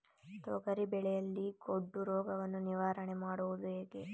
ತೊಗರಿ ಬೆಳೆಯಲ್ಲಿ ಗೊಡ್ಡು ರೋಗವನ್ನು ನಿವಾರಣೆ ಮಾಡುವುದು ಹೇಗೆ?